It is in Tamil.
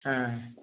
ஆ